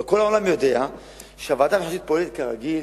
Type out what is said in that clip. כל העולם יודע שהוועדה המחוזית פועלת כרגיל.